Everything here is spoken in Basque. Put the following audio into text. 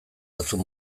batzuk